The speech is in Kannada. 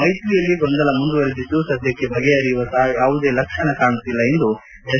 ಮೈತ್ರಿಯಲ್ಲಿ ಗೊಂದಲ ಮುಂದುವರಿದಿದ್ದು ಸದ್ಕಕ್ಕೆ ಬಗೆಹರಿಯುವ ಯಾವುದೆ ಲಕ್ಷಣ ಕಾಣುತ್ತಿಲ್ಲ ಎಂದು ಎಸ್